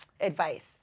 advice